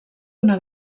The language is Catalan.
una